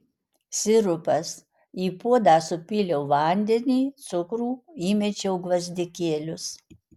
sirupas į puodą supyliau vandenį cukrų įmečiau gvazdikėlius